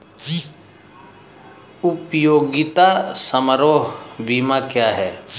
उपयोगिता समारोह बीमा क्या है?